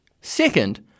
Second